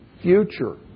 future